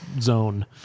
zone